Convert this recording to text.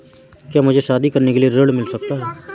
क्या मुझे शादी करने के लिए ऋण मिल सकता है?